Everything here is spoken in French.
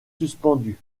suspendus